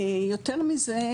יותר מזה,